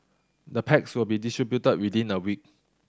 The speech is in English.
the packs will be distributed within a week